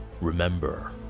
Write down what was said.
remember